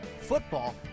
football